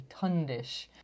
tundish